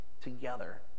together